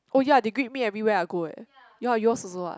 oh ya they greet me everywhere I go eh ya your's also ah